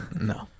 No